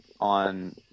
on